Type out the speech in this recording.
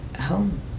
home